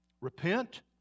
repent